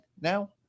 now